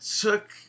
took